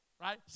right